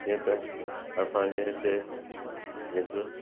जीअं त असांजे हिते हिकु